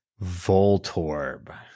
Voltorb